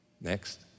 Next